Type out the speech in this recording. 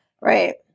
right